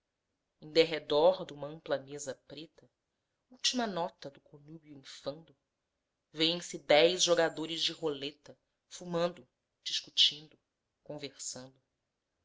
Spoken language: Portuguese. em derredor duma ampla mesa preta última nota do conúbio infando vêem-se dez jogadores de roleta fumando discutindo conversando